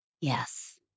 yes